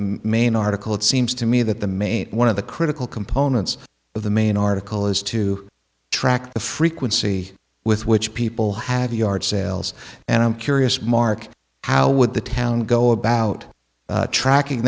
main article it seems to me that the mate one of the critical components of the main article is to track the frequency with which people have yard sales and i'm curious mark how would the town go about tracking